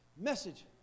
message